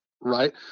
Right